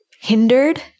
hindered